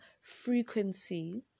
frequency